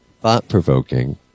thought-provoking